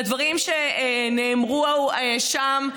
והדברים שנאמרו שם,